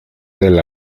del